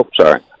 sorry